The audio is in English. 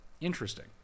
Interesting